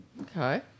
Okay